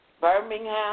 Birmingham